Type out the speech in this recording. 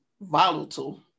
volatile